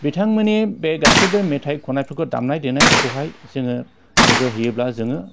बिथांमोननि बे गासिबो मेथाइ खननायफोरखौ दामनाय देनायफोरखौहाय जोङो नोजोर होयोब्ला जोङो